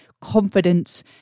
confidence